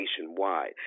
nationwide